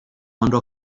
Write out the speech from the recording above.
آنرا